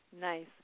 Nice